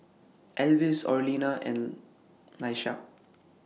Alvis Orlena and Laisha